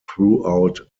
throughout